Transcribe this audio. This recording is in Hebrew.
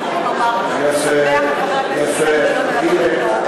זו כבר כנסת שנייה,